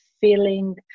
feeling